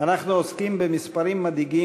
אנחנו פותחים כעת דיון מיוחד בנושא יום הדיור.